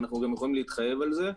ואנחנו גם יכולים להתחייב על זה.